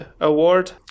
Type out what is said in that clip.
Award